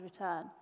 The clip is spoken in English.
return